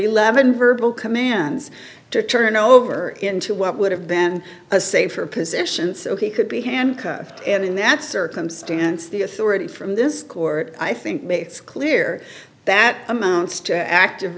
eleven verbal commands to turn over into what would have been a safer position so he could be handcuffed and in that circumstance the authority from this court i think makes clear that amounts to active